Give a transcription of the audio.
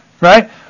Right